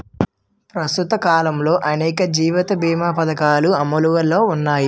ప్రస్తుత కాలంలో అనేక జీవిత బీమా పధకాలు అమలులో ఉన్నాయి